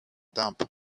damp